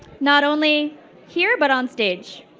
not only here, but on stage.